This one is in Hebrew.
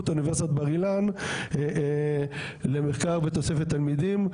אוניברסיטת בר אילן למחקר בתוספת תלמידים,